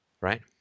right